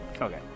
Okay